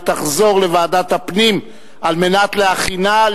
לוועדת הפנים והגנת הסביבה נתקבלה.